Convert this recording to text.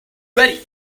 ready